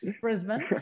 Brisbane